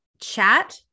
chat